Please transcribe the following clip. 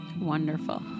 Wonderful